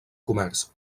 comerç